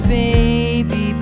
baby